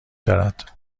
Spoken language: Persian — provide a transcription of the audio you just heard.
دارد